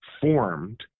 formed